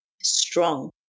strong